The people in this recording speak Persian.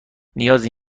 نیازی